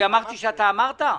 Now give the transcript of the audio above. אני אמרתי שאתה אמרת?